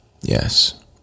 Yes